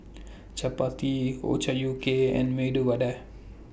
Chapati Ochazuke and Medu Vada